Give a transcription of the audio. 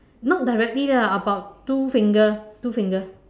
not directly lah about two finger two finger